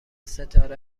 ستاره